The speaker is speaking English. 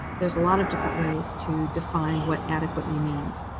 there's a lot of different ways to define what adequately means.